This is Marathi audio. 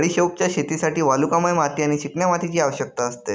बडिशोपच्या शेतीसाठी वालुकामय माती आणि चिकन्या मातीची आवश्यकता असते